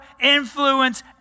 influence